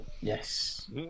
Yes